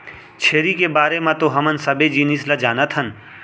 छेरी के बारे म तो हमन सबे जिनिस ल जानत हन